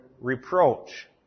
reproach